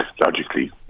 logically